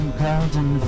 golden